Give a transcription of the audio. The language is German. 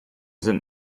sind